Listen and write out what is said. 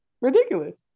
ridiculous